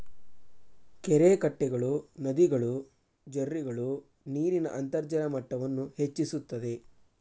ಕೆರೆಕಟ್ಟೆಗಳು, ನದಿಗಳು, ಜೆರ್ರಿಗಳು ನೀರಿನ ಅಂತರ್ಜಲ ಮಟ್ಟವನ್ನು ಹೆಚ್ಚಿಸುತ್ತದೆ